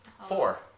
four